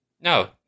no